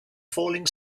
falling